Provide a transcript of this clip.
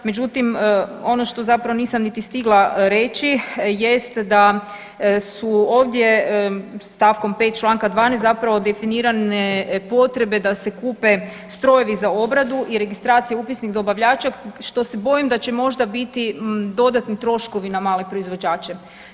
Međutim, ono što zapravo nisam niti stigla reći, jest da su ovdje stavkom 5. članka 12. zapravo definirane potrebe da se kupe strojevi za obradu i registracije upisnih dobavljača što se bojim da će možda biti dodatni troškovi na male proizvođače.